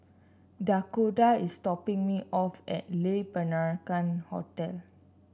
Dakoda is dropping me off at Le Peranakan Hotel